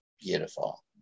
Beautiful